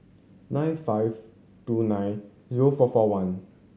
nine five two nine zero four four one